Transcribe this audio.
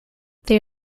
they